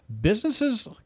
Businesses